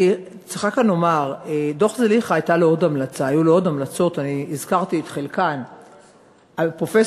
בדוח זליכה היו עוד המלצות, פרופסור.